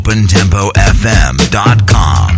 OpenTempoFM.com